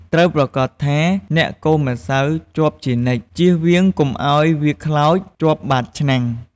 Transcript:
ត្រូវប្រាកដថា អ្នកកូរម្សៅជាប់ជានិច្ច ជៀសវាងកុំឱ្យវាខ្លោចជាប់បាតឆ្នាំង។